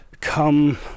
come